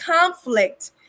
conflict